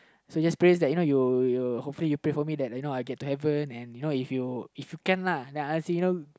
so there's prayers that you know you you hopefully you pray for me that you know I get to heaven and you know if you if you can lah then I ask him you know